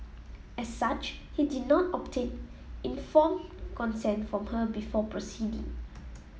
as such he did not obtain informed consent from her before proceeding